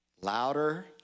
Louder